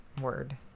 Word